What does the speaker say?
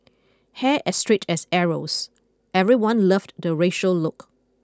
hair as straight as arrows everyone loved the Rachel look